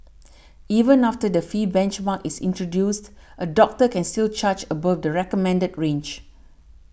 even after the fee benchmark is introduced a doctor can still charge above the recommended range